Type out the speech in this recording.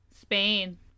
Spain